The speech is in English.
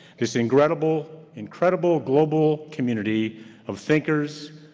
this incredible incredible global community of thinkers,